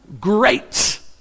great